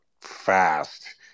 fast